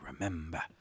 remember